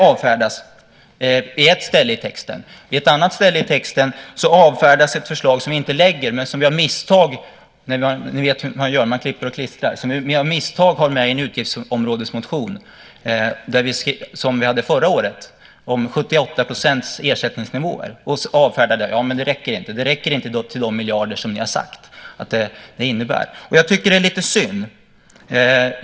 På ett annat ställe i texten avfärdas ett förslag som vi inte lägger fram men som vi av misstag - ni vet hur man gör när man klipper och klistrar - har med i en utgiftsområdesmotion från förra året om en ersättningsnivå på 78 %. Det räcker inte till de miljarder ni har sagt att det innebär, säger man. Jag tycker att det är lite synd.